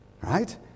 Right